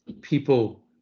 people